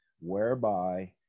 whereby